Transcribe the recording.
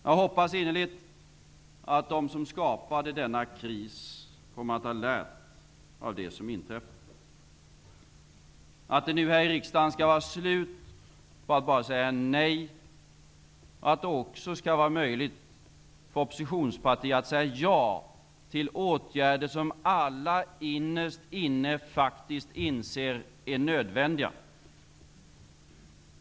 Jag hoppas innerligt att de som skapade denna kris kommer att ha lärt av det som inträffat, att det nu här i riksdagen skall vara slut på att ständigt säga nej, att det också skall vara möjligt för ett oppositionsparti att säga ja till åtgärder som alla innerst inne faktiskt inser är nödvändiga.